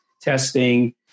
testing